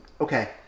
Okay